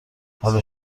حال